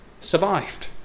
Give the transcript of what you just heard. survived